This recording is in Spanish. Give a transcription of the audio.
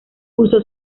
usó